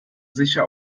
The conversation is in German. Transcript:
sicher